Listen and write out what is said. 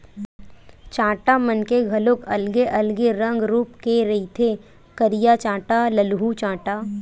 चाटा मन के घलोक अलगे अलगे रंग रुप के रहिथे करिया चाटा, ललहूँ चाटा